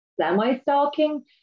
semi-stalking